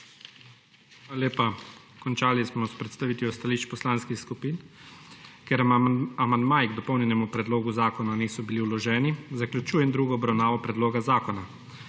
Hvala lepa. Končali smo s predstavitvijo stališč poslanskih skupin. Ker amandmaji k dopolnjenemu predlogu zakona niso bili vloženi, zaključujem drugo obravnavo predloga zakona.